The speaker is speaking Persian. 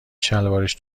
شلوارش